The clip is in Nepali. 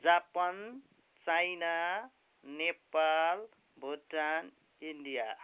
जापन चाइना नेपाल भुटान इन्डिया